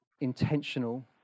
intentional